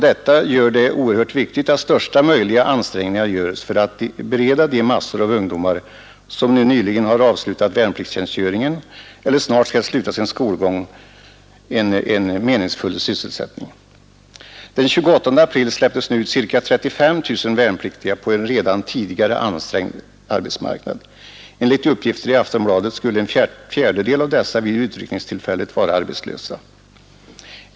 Det är därför oerhört viktigt att största möjliga ansträngningar görs för att bereda de många ungdomar som nyligen avslutat värnpliktsjänstgöringen eller snart skall sluta sin skolgång en meningsfylld sysselsättning. Den 28 april släppte man ut ca 35 000 värnpliktiga på en redan tidigare ansträngd arbetsmarknad. Enligt uppgifter i Aftonbladet skulle en fjärdedel av dessa 35 000 ungdomar vid utryckningstillfället vara arbetslösa.